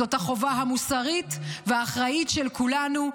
זאת החובה המוסרית והאחראית של כולנו,